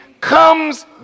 comes